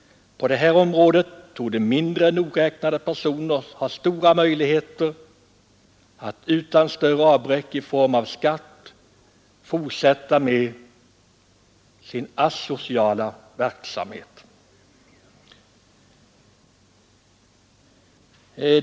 På det här området torde mindre nogräknade personer ha stora möjligheter att utan större avbräck i form av skatt fortsätta med sin asociala verksamhet.